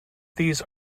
these